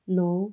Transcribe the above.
ਨੌਂ